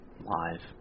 live